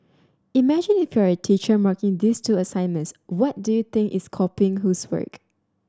imagine if you are a teacher marking these two assignments what do you think is copying whose work